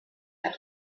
had